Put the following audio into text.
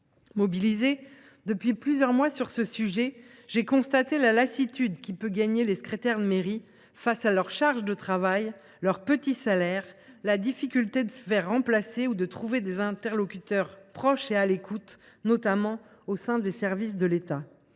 Mobilisée depuis plusieurs mois sur ce sujet, j’ai constaté la lassitude qui peut gagner les secrétaires de mairie face à leur charge de travail, leur petit salaire, la difficulté de se faire remplacer ou de trouver des interlocuteurs, proches et à l’écoute, notamment au sein des services de l’État.